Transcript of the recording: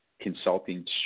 consulting